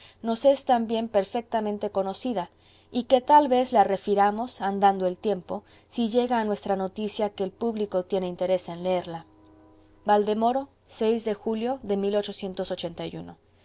nos es también perfectamente conocida y que tal vez la refiramos andando el tiempo si llega a nuestra noticia que el público tiene interés en leerla valdemoro de julio de el